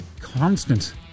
constant